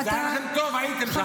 כשזה היה לכם טוב, הייתם שם.